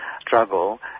struggle